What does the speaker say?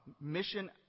mission